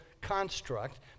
construct